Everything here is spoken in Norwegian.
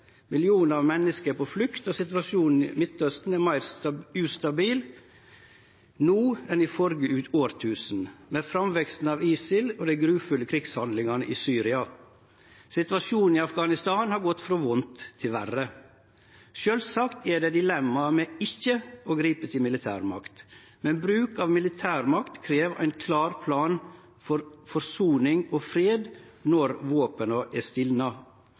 Millionar av menneske er på flukt. Situasjonen i Midtausten er meir ustabil no enn i førre tusenår, med framveksten av ISIL og dei grufulle krigshandlingane i Syria. Situasjonen i Afghanistan har gått frå vondt til verre. Sjølvsagt er det eit dilemma med ikkje å gripe til militærmakt, men bruk av militærmakt krev ein klar plan for forsoning og fred når våpena har stilna.